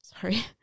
Sorry